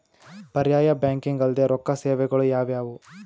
ಪರ್ಯಾಯ ಬ್ಯಾಂಕಿಂಗ್ ಅಲ್ದೇ ರೊಕ್ಕ ಸೇವೆಗಳು ಯಾವ್ಯಾವು?